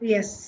Yes